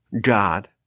God